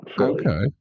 Okay